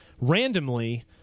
randomly